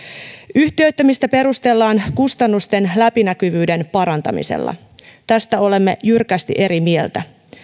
yhtiöittämistä perustellaan kustannusten läpinäkyvyyden parantamisella tästä olemme jyrkästi eri mieltä